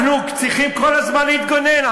אנחנו צריכים כל הזמן להתגונן.